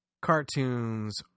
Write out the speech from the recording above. cartoons